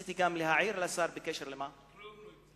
רציתי גם להעיר לשר בקשר, כלום לא הוקצב.